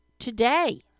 today